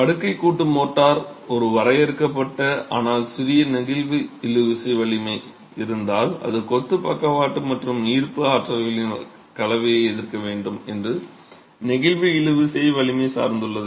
படுக்கை கூட்டு மோர்ட்டார் ஒரு வரையறுக்கப்பட்ட ஆனால் சிறிய நெகிழ்வு இழுவிசை வலிமை இருந்தால் அது கொத்து பக்கவாட்டு மற்றும் ஈர்ப்பு ஆற்றல்களின் கலவையை எதிர்க்க வேண்டும் என்று நெகிழ்வு இழுவிசை வலிமை சார்ந்துள்ளது